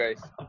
guys